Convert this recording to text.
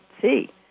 see